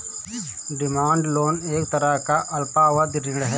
demand loan एक तरह का अल्पावधि ऋण है